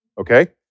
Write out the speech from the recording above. okay